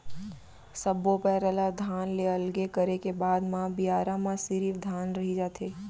सब्बो पैरा ल धान ले अलगे करे के बाद म बियारा म सिरिफ धान रहि जाथे